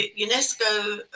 UNESCO